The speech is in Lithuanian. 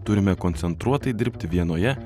turime koncentruotai dirbti vienoje